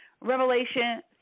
Revelation